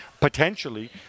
potentially